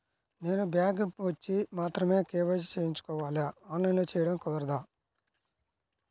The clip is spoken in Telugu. నేను బ్యాంక్ వచ్చి మాత్రమే కే.వై.సి చేయించుకోవాలా? ఆన్లైన్లో చేయటం కుదరదా?